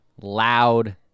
loud